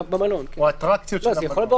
הופעות.